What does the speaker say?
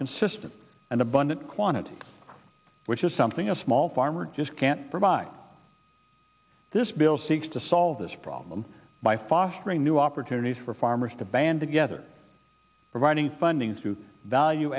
consistent and abundant quantity which is something else small farmers just can't provide this bill seeks to solve this problem by fostering new opportunities for farmers to band together providing funding through value